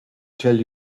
tell